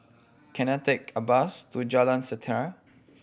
can I take a bus to Jalan Setia